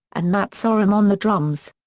and matt sorum on the drums.